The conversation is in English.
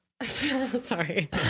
Sorry